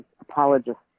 apologists